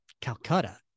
Calcutta